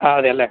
ആ അതെ അല്ലേ